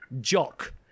Jock